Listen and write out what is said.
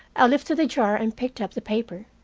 i lifted the jar and picked up the paper.